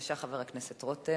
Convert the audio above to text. בבקשה חבר הכנסת רותם,